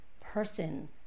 person